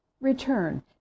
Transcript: Return